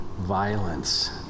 violence